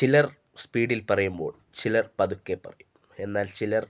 ചിലർ സ്പീഡിൽ പറയുമ്പോൾ ചിലർ പതുക്കെ പറയും എന്നാൽ ചിലർ